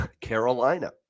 carolina